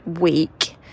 week